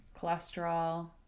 Cholesterol